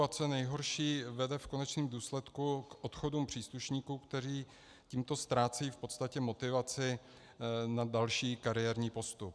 A co je nejhorší, vede v konečném důsledku k odchodům příslušníků, kteří tímto ztrácejí v podstatě motivaci na další kariérní postup.